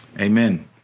amen